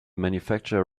manufacturer